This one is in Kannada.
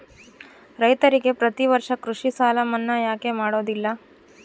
ರೈತರಿಗೆ ಪ್ರತಿ ವರ್ಷ ಕೃಷಿ ಸಾಲ ಮನ್ನಾ ಯಾಕೆ ಮಾಡೋದಿಲ್ಲ?